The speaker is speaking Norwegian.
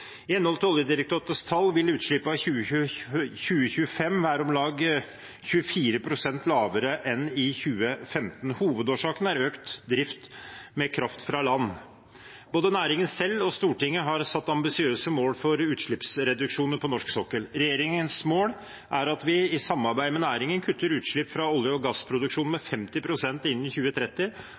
I henhold til Oljedirektoratets tall vil utslippene i 2025 være om lag 24 pst. lavere enn i 2015. Hovedårsaken er økt drift med kraft fra land. Både næringen selv og Stortinget har satt ambisiøse mål for utslippsreduksjoner på norsk sokkel. Regjeringens mål er at vi i samarbeid med næringen kutter utslipp fra olje- og gassproduksjon med 50 pst. innen 2030